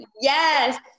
yes